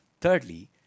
Thirdly